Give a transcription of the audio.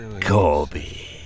Corby